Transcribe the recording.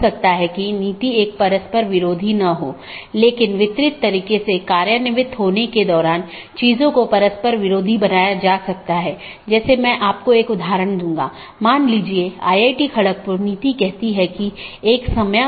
हालाँकि एक multi home AS को इस प्रकार कॉन्फ़िगर किया जाता है कि यह ट्रैफिक को आगे न बढ़ाए और पारगमन ट्रैफिक को आगे संचारित न करे